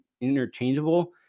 interchangeable